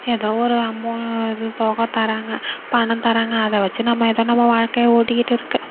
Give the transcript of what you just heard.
ஏதோ ஒரு அமௌ இது தொகை தராங்க பணம் தராங்க அதை வச்சு நம்ம ஏதோ நம்ம வாழ்க்கையை ஓட்டிக்கிட்டு இருக்குது